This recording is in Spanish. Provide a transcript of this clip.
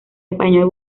español